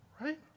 right